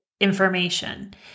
information